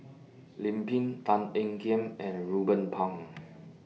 Lim Pin Tan Ean Kiam and Ruben Pang